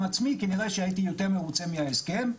עצמי כנראה שהייתי יותר מרוצה מההסכם.